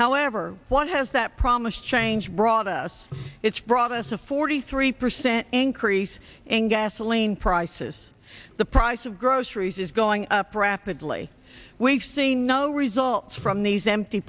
however what has that promise change brought us it's brought us a forty three percent increase in gasoline prices the price of groceries is going up rapidly we've seen no no results from these empty